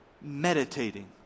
meditating